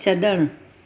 छॾणु